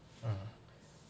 uh